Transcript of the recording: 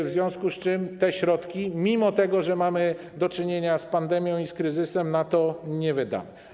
W związku z czym tych środków, mimo że mamy do czynienia z pandemią i z kryzysem, na to nie wydamy.